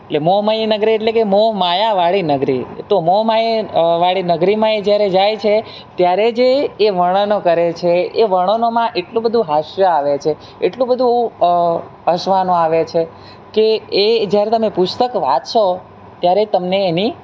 એટલે મોહ મય નગરી એટલે કે મોહ માયાવાળી નગરી તો મોહ માયા એ વાળી નગરીમાં એ જ્યારે જાય છે ત્યારે જે એ વર્ણનો કરે છે એ વર્ણનોમાં એટલું બધું હાસ્ય આવે છે એટલું બધું હસવાનું આવે છે કે એ જ્યારે તમે પુસ્તક વાંચશો ત્યારે જ તમને એની